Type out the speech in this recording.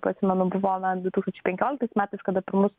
prisimenam buvo na du tūkstančiai penkioliktais metais kada pirmus